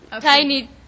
tiny